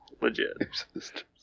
legit